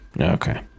Okay